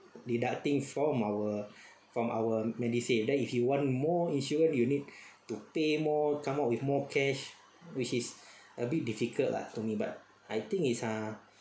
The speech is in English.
deducting from our from our MediSave then if you want more insurance you need to pay more come up with more cash which is a bit difficult lah to me but I think it's ah